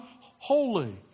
Holy